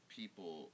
people